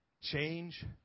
Change